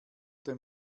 dem